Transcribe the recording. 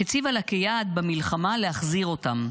הציבה לה כיעד במלחמה להחזיר אותם.